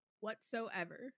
whatsoever